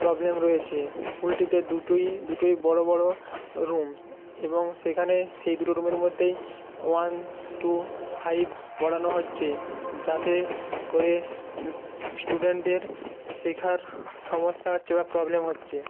problem রয়েছে স্কুলটিতে দুটোই দুটোই বড়ো বড়ো রুম এবং সেখানে সেই দুটো রুমের মধ্যেই ওয়ান টু ফাইভ পড়ানো হচ্ছে যাতে করে স্টুডেন্টদের শেখার সমস্যা হচ্ছে বা প্রবলেম হচ্ছে